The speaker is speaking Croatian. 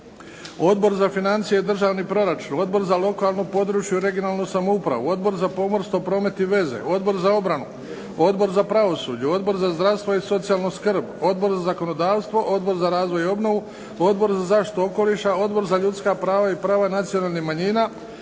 Odbor za financije i državni proračun, Odbor za lokalnu, područnu i regionalnu samoupravu, Odbor za pomorstvo, promet i veze, Odbor za obranu, Odbor za pravosuđe, Odbor za zdravstvo i socijalnu skrb, Odbor za zakonodavstvo, Odbor za razvoj i obnovu, Odbor za zaštitu okoliša, Odbor za ljudska prava i prava nacionalnih manjina,